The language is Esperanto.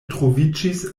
troviĝis